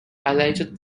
highlighted